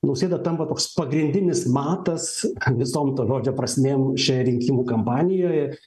nausėda tampa toks pagrindinis matas visom to žodžio prasmėm šioje rinkimų kampanijoje